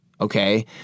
Okay